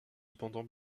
cependant